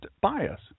bias